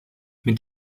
mit